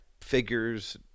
figures